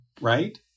right